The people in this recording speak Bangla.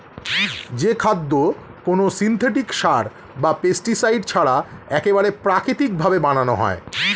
যে খাদ্য কোনো সিনথেটিক সার বা পেস্টিসাইড ছাড়া একবারে প্রাকৃতিক ভাবে বানানো হয়